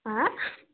हँ